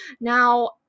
Now